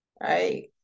right